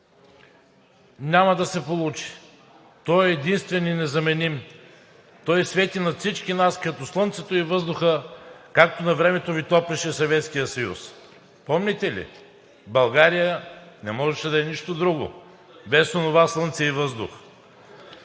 Няма да се получи. Той е единствен и незаменим, той свети над всички нас като слънцето и въздуха, както на времето Ви топлеше Съветският съюз. Помните ли? България не можеше да е нищо друго без основа слънце и въздух.